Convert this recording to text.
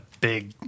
big